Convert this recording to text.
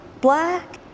black